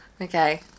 Okay